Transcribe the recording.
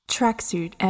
Tracksuit